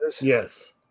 Yes